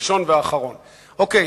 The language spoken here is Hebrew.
אוקיי,